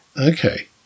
Okay